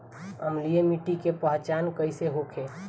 अम्लीय मिट्टी के पहचान कइसे होखे?